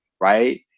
right